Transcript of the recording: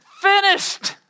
finished